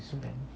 mm